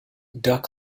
duck